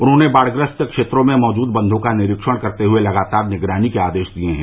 उन्होंने बाढ़ग्रस्त क्षेत्रों में मौजूद बंधों का निरीक्षण करते हुए लगातार निगरानी के आदेश दिये हैं